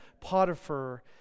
Potiphar